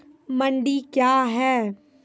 मंडी क्या हैं?